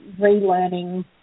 relearning